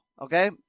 okay